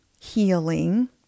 healing